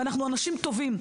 ואנחנו אנשים טובים,